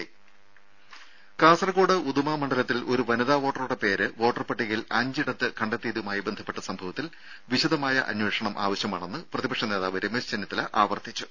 രുമ കാസർകോട് ഉദുമ മണ്ഡലത്തിൽ ഒരു വനിതാ വോട്ടറുടെ പേര് വോട്ടർപട്ടികയിൽ അഞ്ചിടത്ത് കണ്ടെത്തിയതുമായി ബന്ധപ്പെട്ട സംഭവത്തിൽ വിശദമായ അന്വേഷണം ആവശ്യമാണെന്ന് പ്രതിപക്ഷ നേതാവ് രമേശ് ചെന്നിത്തല പറഞ്ഞു